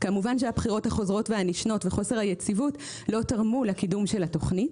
כמובן שהבחירות החוזרות והנשנות וחוסר היציבות לא תרמו לקידום התוכנית.